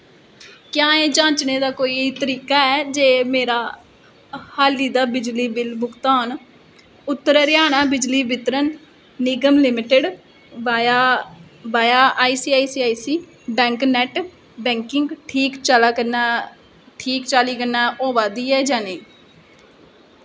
क्या एह् जांचने दा कोई तरीका ऐ जे मेरा हाली दा बिजली बिल भुगतान उत्तर हरियाणा बिजली वितरण निगम लिमिटेड वाया आईसीआईसीआई बैंक नेट बैंकिंग ठीक चाल्ली कन्नै होआ ऐ जां नेईं